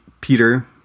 Peter